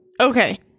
Okay